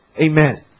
Amen